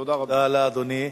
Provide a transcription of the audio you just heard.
תודה רבה.